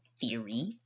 theory